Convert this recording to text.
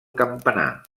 campanar